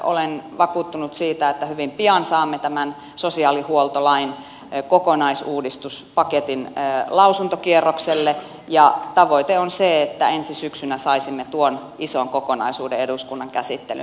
olen vakuuttunut siitä että hyvin pian saamme tämän sosiaalihuoltolain kokonaisuudistuspaketin lausuntokierrokselle ja tavoite on se että ensi syksynä saisimme tuon ison kokonaisuuden eduskunnan käsittelyyn